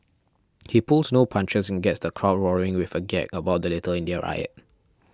he pulls no punches and gets the crowd roaring with a gag about the Little India riot